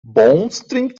bowstring